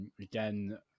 Again